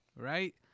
Right